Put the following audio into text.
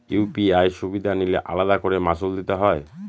UPI সুবিধা নিলে আলাদা করে মাসুল দিতে হয়?